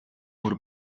мөр